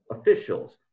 officials